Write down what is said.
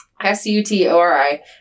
S-U-T-O-R-I